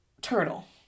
Turtle